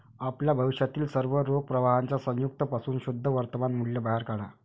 आपल्या भविष्यातील सर्व रोख प्रवाहांच्या संयुक्त पासून शुद्ध वर्तमान मूल्य बाहेर काढा